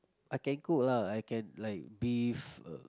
I can cook lah I can like beef uh